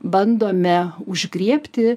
bandome užgriebti